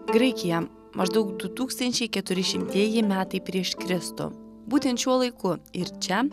graikija maždaug du tūkstančiai keturišimtieji metai prieš kristų būtent šiuo laiku ir čia